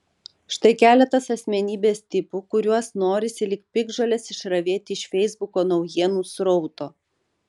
štai keletas asmenybės tipų kuriuos norisi lyg piktžoles išravėti iš feisbuko naujienų srauto